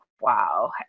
wow